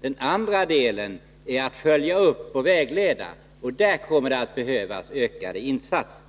Den andra delen är att följa upp och vägleda, och där kommer det att behövas ökade insatser.